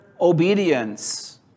obedience